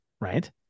right